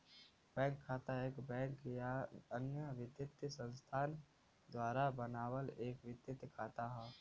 bank खाता एक bank या अन्य वित्तीय संस्थान द्वारा बनावल एक वित्तीय खाता हौ